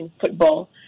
football